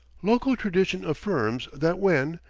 local tradition affirms that when,